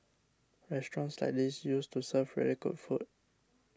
restaurants like these used to serve really good food